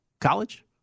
College